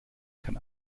kann